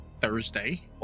thursday